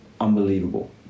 unbelievable